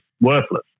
worthless